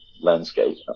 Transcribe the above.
landscape